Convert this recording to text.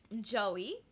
Joey